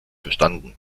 verstanden